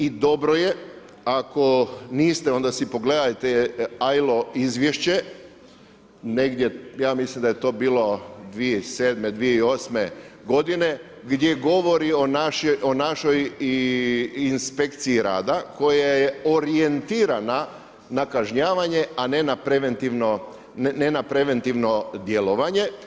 I dobro je ako niste, onda si pogledajte ... izvješće, negdje ja mislim da je to bilo 2007., 2008. godine gdje govori o našoj inspekciji rada koja je orijentirana na kažnjavanje, a ne na preventivno djelovanje.